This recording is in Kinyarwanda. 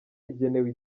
igenewe